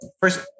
first